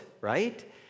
right